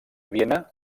viena